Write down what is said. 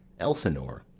elsinore.